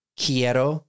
quiero